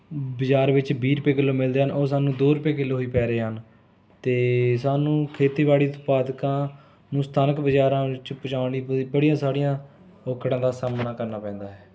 ਬਜ਼ਾਰ ਵਿੱਚ ਵੀਹ ਰੁਪਏ ਕਿੱਲੋ ਮਿਲਦੇ ਹਨ ਉਹ ਸਾਨੂੰ ਦੋ ਰੁਪਏ ਕਿੱਲੋ ਹੀ ਪੈ ਰਹੇ ਹਨ ਅਤੇ ਸਾਨੂੰ ਖੇਤੀਬਾੜੀ ਉਤਪਾਦਕਾਂ ਨੂੰ ਸਥਾਨਕ ਬਜ਼ਾਰਾਂ ਵਿੱਚ ਪਹੁੰਚਾਉਣ ਲਈ ਪ ਬੜੀਆਂ ਸਾਰੀਆਂ ਔਕੜਾਂ ਦਾ ਸਾਹਮਣਾ ਕਰਨਾ ਪੈਂਦਾ ਹੈ